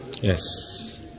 Yes